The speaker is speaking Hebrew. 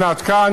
הנה את כאן,